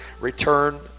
return